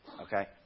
Okay